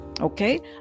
Okay